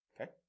okay